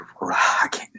rocking